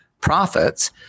profits